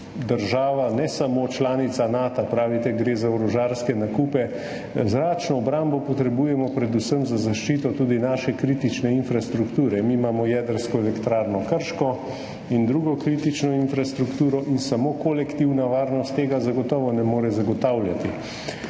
država, ne samo članica Nata, pravite, gre za orožarske nakupe, zračno obrambo potrebujemo predvsem za zaščito naše kritične infrastrukture. Mi imamo Jedrsko elektrarno Krško in drugo kritično infrastrukturo in samo kolektivna varnost tega zagotovo ne more zagotavljati.